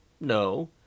No